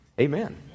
Amen